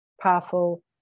powerful